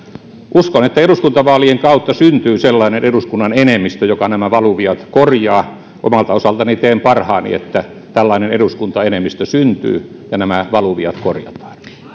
uskon että eduskuntavaalien kautta syntyy sellainen eduskunnan enemmistö joka nämä valuviat korjaa omalta osaltani teen parhaani että tällainen eduskuntaenemmistö syntyy ja nämä valuviat korjataan